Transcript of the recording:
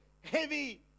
heavy